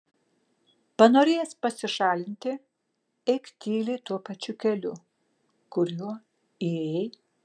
panorėjęs pasišalinti eik tyliai tuo pačiu keliu kuriuo įėjai